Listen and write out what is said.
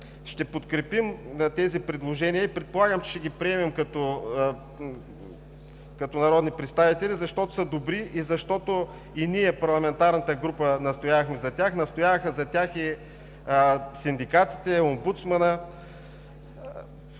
ще подкрепим тези предложения, предполагам, че ще ги приемем, защото са добри и защото и ние, парламентарната група, настоявахме за тях, настояваха за тях синдикатите и омбудсманът.